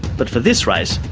but for this race,